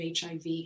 HIV